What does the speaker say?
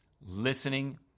listening